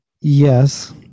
Yes